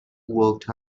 walked